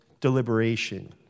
deliberation